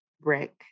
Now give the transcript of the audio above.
brick